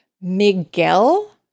Miguel